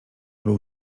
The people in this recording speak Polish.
był